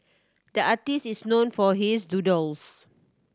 the artist is known for his doodles